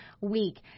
week